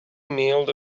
mailed